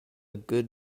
good